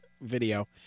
video